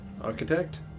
architect